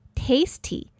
tasty